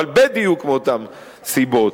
אבל בדיוק מאותן סיבות.